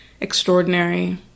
extraordinary